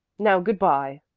now good-bye.